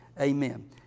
Amen